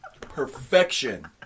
perfection